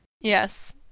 Yes